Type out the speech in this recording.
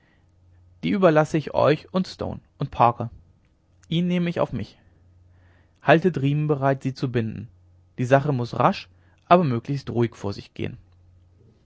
die überlasse ich euch und stone und parker ihn nehme ich auf mich haltet riemen bereit sie zu binden die sache muß rasch aber dabei möglichst ruhig vor sich gehen